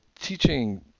teaching